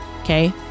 okay